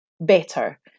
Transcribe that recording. better